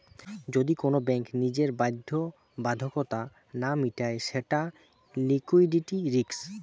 যদি কোন ব্যাঙ্ক নিজের বাধ্যবাধকতা না মিটায় সেটা লিকুইডিটি রিস্ক